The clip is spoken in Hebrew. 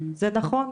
זה נכון,